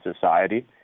society